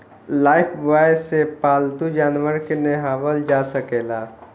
Lifebuoy से पाल्तू जानवर के नेहावल जा सकेला